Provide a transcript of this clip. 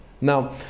Now